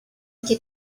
get